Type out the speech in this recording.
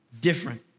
different